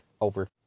over